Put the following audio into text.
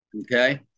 okay